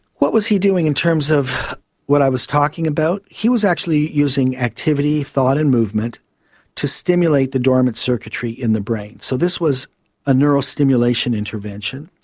what was he doing in terms of what i was talking about? he was actually using activity, thought and movement to stimulate the dormant circuitry in the brain. so this was a neuronal stimulation intervention,